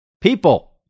People